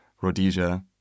Rhodesia